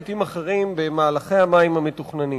להקדיש את יתר הדברים שלי לשני היבטים אחרים במהלכי המים המתוכננים.